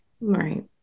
Right